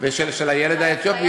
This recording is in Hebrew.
של הילד האתיופי,